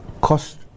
cost